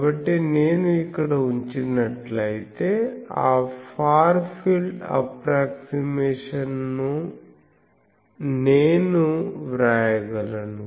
కాబట్టి నేను ఇక్కడ ఉంచినట్లయితే ఆ ఫార్ ఫీల్డ్ అప్ప్రోక్సిమేషన్ ను నేను వ్రాయగలను